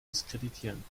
diskreditieren